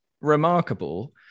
remarkable